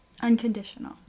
Unconditional